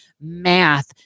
math